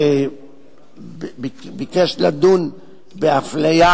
שביקש לדון באפליה